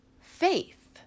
faith